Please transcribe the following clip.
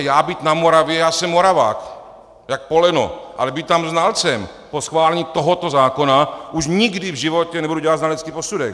Já být na Moravě já jsem Moravák jako poleno, ale být tam znalcem po schválení tohoto zákona, už nikdy v životě nebudu dělat znalecký posudek.